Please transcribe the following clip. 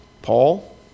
Paul